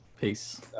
Peace